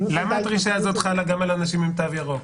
למה הדרישה הזאת חלה גם על ילדים עם תו ירוק?